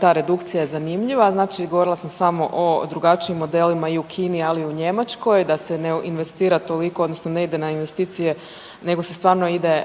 ta redukcija je zanimljiva. Znači govorila sam samo o drugačijim modelima i u Kini, ali i u Njemačkoj da se ne investira toliko odnosno ne ide na investicije nego se stvarno ide